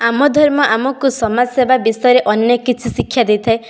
ଆମ ଧର୍ମ ଆମକୁ ସମାଜ ସେବା ବିଷୟରେ ଅନେକ କିଛି ଶିକ୍ଷା ଦେଇଥାଏ